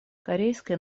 корейская